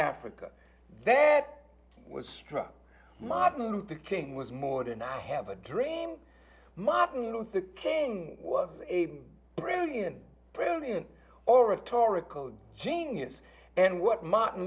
then that was struck martin luther king was more than i have a dream martin luther king was a brilliant brilliant oratorical genius and what martin